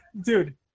dude